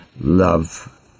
love